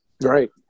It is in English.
Right